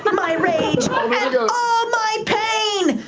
my rage, and all my pain!